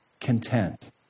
content